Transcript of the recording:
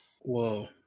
Whoa